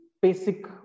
Basic